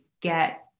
get